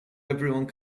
everyone